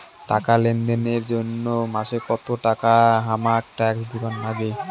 টাকা লেনদেন এর জইন্যে মাসে কত টাকা হামাক ট্যাক্স দিবার নাগে?